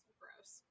gross